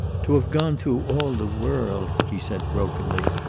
to have gone through all the world, he said, brokenly,